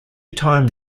time